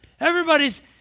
Everybody's